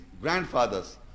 grandfathers